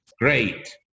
Great